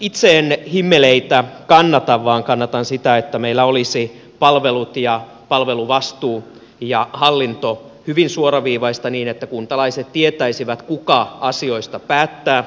itse en himmeleitä kannata vaan kannatan sitä että meillä olisi palvelut ja palveluvastuu ja hallinto hyvin suoraviivaista niin että kuntalaiset tietäisivät kuka asioista päättää